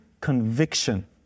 conviction